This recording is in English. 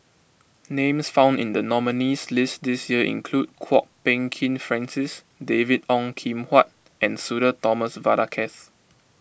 names found in the nominees' list this year include Kwok Peng Kin Francis David Ong Kim Huat and Sudhir Thomas Vadaketh